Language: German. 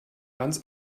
ganz